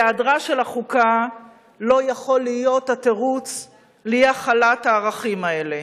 והיעדרה של החוקה לא יכול להיות התירוץ לאי-החלת הערכים האלה.